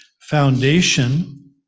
foundation